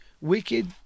wicked